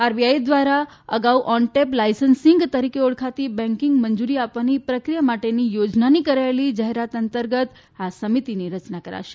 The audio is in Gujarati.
આરબીઆઈ દ્વારા અગાઉ ઓન ટેપ લાઈસન્સિંગ તરીકે ઓળખાતી બેકિંગ મંજૂરી આપવાની પ્રક્રિયા માટેની યોજનાની કરાયેલી જાહેરાત અંતર્ગત આ સમિતિની રચના કરાશે